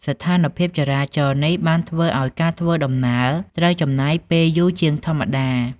ស្ថានភាពចរាចរណ៍នេះបានធ្វើឱ្យ ការធ្វើដំណើរត្រូវចំណាយពេលយូរជាងធម្មតា។